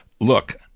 look